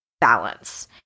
balance